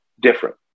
different